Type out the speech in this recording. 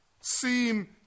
seem